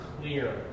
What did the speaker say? clear